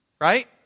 right